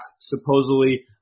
supposedly